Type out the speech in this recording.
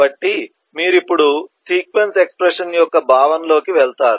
కాబట్టి మీరు ఇప్పుడు సీక్వెన్స్ ఎక్స్ప్రెషన్ యొక్క భావనలోకి వెళతారు